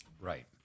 Right